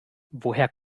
woher